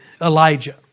Elijah